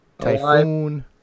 Typhoon